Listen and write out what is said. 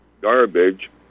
garbage